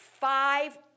five